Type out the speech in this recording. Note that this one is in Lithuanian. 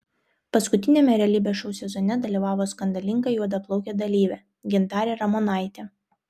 paskutiniame realybės šou sezone dalyvavo skandalinga juodaplaukė dalyvė gintarė ramonaitė